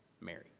Mary